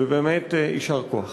יישר כוח.